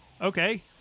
Okay